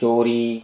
चोरी